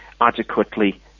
adequately